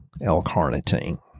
L-carnitine